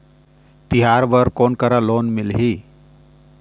तिहार बर कोन करा लोन मिलही?